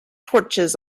torches